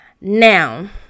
Now